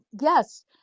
Yes